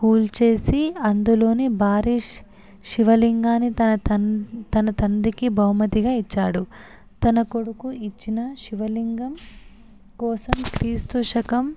కూల్చేసి అందులోనే భారీ శి శివలింగాన్ని తన తం తన తండ్రికి బహుమతిగా ఇచ్చాడు తన కొడుకు ఇచ్చిన శివలింగం కోసం క్రీస్తు శకం